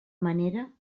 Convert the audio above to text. manera